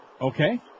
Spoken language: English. Okay